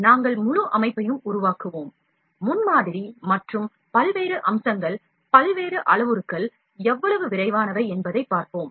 நாங்கள் முழு அமைப்பையும் உருவாக்குவோம் முன்மாதிரி மற்றும் பல்வேறு அம்சங்கள் பல்வேறு அளவுருக்கள் எவ்வளவு விரைவானவை என்பதைப் பார்ப்போம்